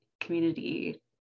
community